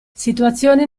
situazioni